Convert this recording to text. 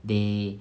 they